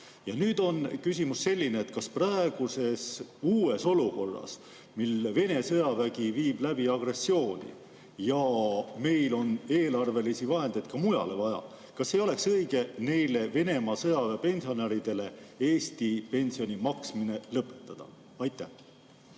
Nüüd on küsimus selline: kas uues olukorras, mil Vene sõjavägi viib läbi agressiooni ja meil on eelarvelisi vahendeid ka mujal vaja, ei oleks õige neile Venemaa sõjaväepensionäridele Eesti pensioni maksmine lõpetada? Aitäh!